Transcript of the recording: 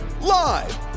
live